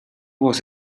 was